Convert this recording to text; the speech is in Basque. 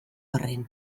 arren